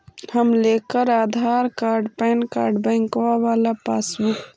हम लेकर Aadhaar card PAN card बैंकवा वाला पासबुक?